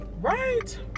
Right